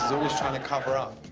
always trying to cover up.